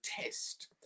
test